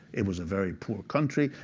it was a very poor country.